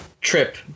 trip